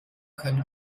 können